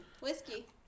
Whiskey